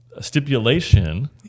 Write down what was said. stipulation